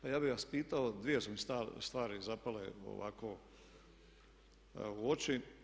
Pa ja bih vas pitao, dvije su mi stvari zapale ovako u oči.